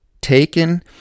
taken